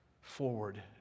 forward